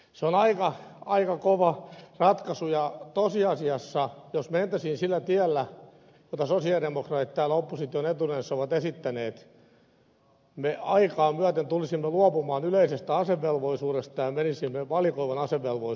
se on aika kova ratkaisu ja tosiasiassa jos mentäisiin sillä tiellä jota sosialidemokraatit täällä opposition etunenässä ovat esittäneet me aikaa myöten tulisimme luopumaan yleisestä asevelvollisuudesta ja menisimme valikoivan asevelvollisuuden suuntaan